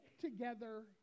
together